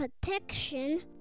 Protection